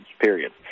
period